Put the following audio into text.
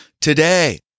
today